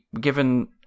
given